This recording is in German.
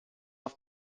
auf